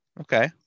Okay